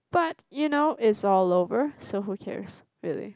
but you know it's all over so who cares really